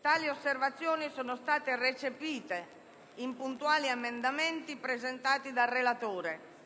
tali osservazioni sono state recepite in puntuali emendamenti presentati dal relatore,